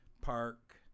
park